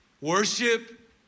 worship